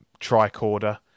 tricorder